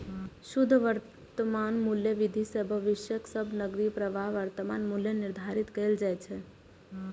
शुद्ध वर्तमान मूल्य विधि सं भविष्यक सब नकदी प्रवाहक वर्तमान मूल्य निर्धारित कैल जाइ छै